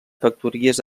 factories